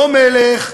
לא מלך,